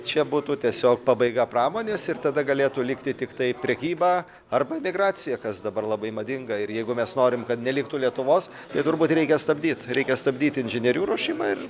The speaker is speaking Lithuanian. čia būtų tiesiog pabaiga pramonės ir tada galėtų likti tiktai prekyba arba emigracija kas dabar labai madinga ir jeigu mes norim kad neliktų lietuvos tai turbūt reikia stabdyt reikia stabdyt inžinierių ruošimą ir